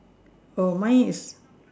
oh my is